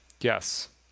Yes